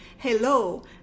Hello